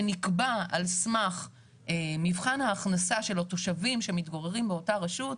שנקבע על סמך מבחן ההכנסה של התושבים שמתגוררים באותה רשות,